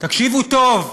תקשיבו טוב: